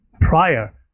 prior